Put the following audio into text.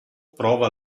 prova